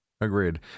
Agreed